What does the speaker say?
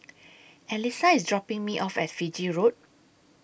Alysa IS dropping Me off At Fiji Road